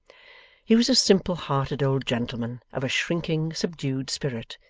he was a simple-hearted old gentleman, of a shrinking, subdued spirit,